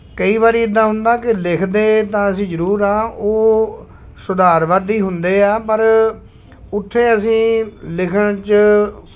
ਕਈ ਵਾਰੀ ਇੱਦਾਂ ਹੁੰਦਾ ਕਿ ਲਿਖਦੇ ਤਾਂ ਅਸੀਂ ਜ਼ਰੂਰ ਹਾਂ ਉਹ ਸੁਧਾਰਵਾਦੀ ਹੁੰਦੇ ਆ ਪਰ ਉੱਥੇ ਅਸੀਂ ਲਿਖਣ 'ਚ